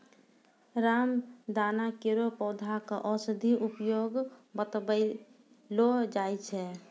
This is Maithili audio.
रामदाना केरो पौधा क औषधीय उपयोग बतैलो जाय छै